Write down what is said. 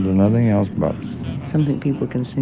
nothing else but something people can so and